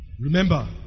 Remember